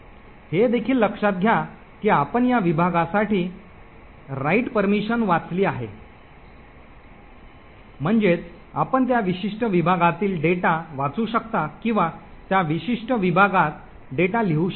हे देखील लक्षात घ्या की आपण या विभागासाठी लेखन परवानगी वाचली आहे म्हणजेच आपण त्या विशिष्ट विभागातील डेटा वाचू शकता किंवा त्या विशिष्ट विभागात डेटा लिहू शकता